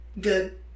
good